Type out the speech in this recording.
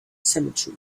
cemetery